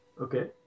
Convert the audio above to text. Okay